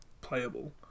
playable